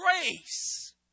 grace